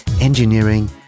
engineering